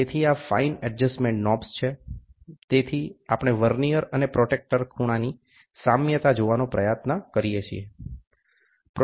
તેથી આ fine adjustment knobs છેતેથી આપણે વર્નિઅર અને પ્રોટ્રેક્ટર ખૂણાની સામ્યતા જોવાનો પ્રયત્ન કરીએ છીએ